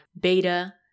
beta